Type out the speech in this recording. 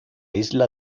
isla